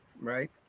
right